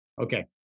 Okay